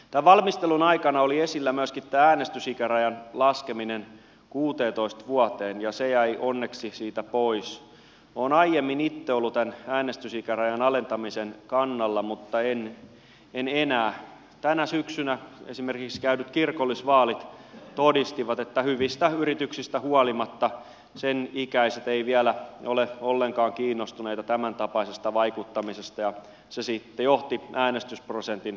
että valmistelun aikana oli esillä myös äänestysikärajan laskeminen kuuteentoista vuoteen ja se jäi onneksi siitä pois on aiemmin niittäolutta äänestysikärajan alentamisen kannalla mutta en en enää tänä syksynä esimeriiskäydyt kirkollisvaalit muodistivat että hyvistä yrityksistä huolimatta sen ikäiset ei vielä ole ollenkaan kiinnostuneita tämäntapaisesta vaikuttamisesta ja sasi johti äänestysprosentin